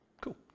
Cool